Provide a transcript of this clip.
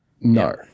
No